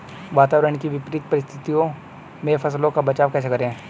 वातावरण की विपरीत परिस्थितियों में फसलों का बचाव कैसे करें?